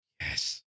Yes